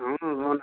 ಹ್ಞೂ ಹ್ಞೂ ಹ್ಞೂ